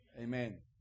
Amen